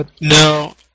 No